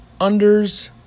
unders